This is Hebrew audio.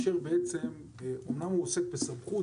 ואומנם הוא עוסק בסמכות,